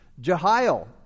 Jehiel